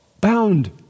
bound